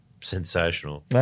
Sensational